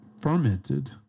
fermented